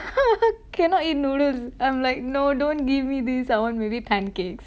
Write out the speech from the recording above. cannot eat noodles I'm like no don't give me this I want maybe pancakes